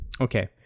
Okay